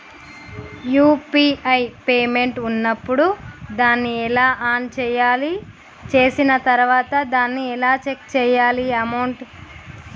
UPI payment ఉన్నప్పుడు దాన్ని ఎలా ఆన్ చేయాలి? చేసిన తర్వాత దాన్ని ఎలా చెక్ చేయాలి అమౌంట్?